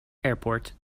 airport